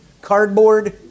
cardboard